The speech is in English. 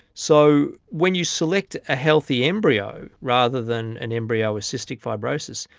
so when you select a healthy embryo rather than an embryo with cystic fibrosis,